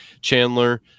Chandler